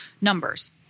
numbers